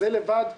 זה לבד.